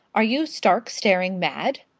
are you stark, staring mad?